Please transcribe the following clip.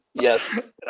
Yes